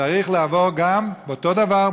צריך לעבור גם אותו דבר,